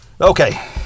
okay